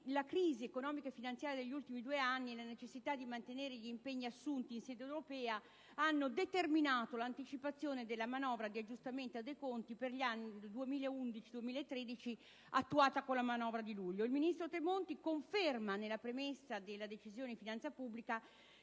la crisi economica e finanziaria degli ultimi due anni e la necessità di mantenere gli impegni assunti in sede europea hanno determinato l'anticipazione della manovra di aggiustamento dei conti per gli anni 2011-2013, attuata con la manovra di luglio. Il ministro Tremonti conferma, nella premessa della Decisione di finanza pubblica,